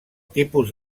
tipus